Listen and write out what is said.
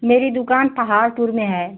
मेरी दुकान पहाड़पुर में है